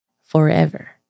forever